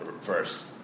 first